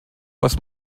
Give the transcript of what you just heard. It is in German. was